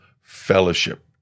Fellowship